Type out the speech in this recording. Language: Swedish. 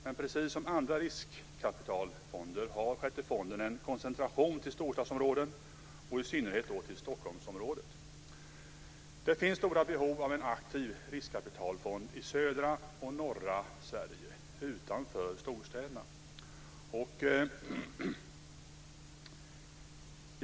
Men precis som alla riskkapitalfonder har Sjätte AP-fonden en koncentration på storstadsområden och i synnerhet till Stockholmsområdet. Det finns stora behov av en aktiv riskapitapitalfond i södra och norra Sverige utanför storstäderna.